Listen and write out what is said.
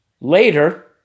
Later